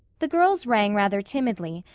the girls rang rather timidly,